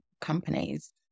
companies